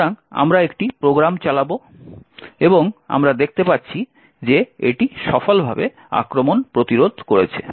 সুতরাং আমরা একই প্রোগ্রাম চালাব এবং আমরা দেখতে পাচ্ছি যে এটি সফলভাবে আক্রমণ প্রতিরোধ করেছে